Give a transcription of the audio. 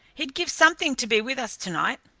he'd give something to be with us to-night!